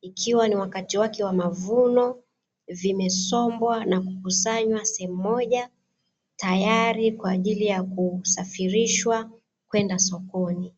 ikiwa ni wakati wake wa mavuno, vimesombwa na kukusanywa sehemu moja, tayari kwaajili ya kusafirishwa kwenda sokoni.